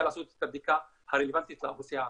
לעשות את הבדיקה הרלוונטית לאוכלוסייה הערבית.